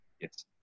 Yes